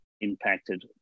impacted